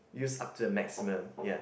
use up to the maximum ya